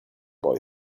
boy